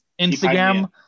Instagram